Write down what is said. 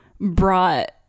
brought